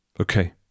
Okay